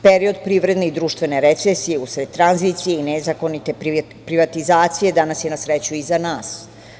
Period privredne i društvene recesije usled tranzicije i nezakonite privatizacije danas je, na sreću, iza nas.